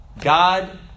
God